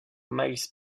miles